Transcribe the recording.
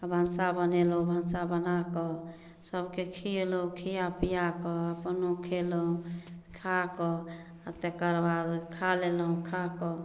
आ भनसा बनेलहुॅं भनसा बनाकऽ सभके खिएलहुॅं खियापिया कऽ अपनो खेलहुॅं आ खाकऽ आ तेकर बाद खा लेलहुॅं आ खाकऽ